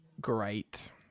great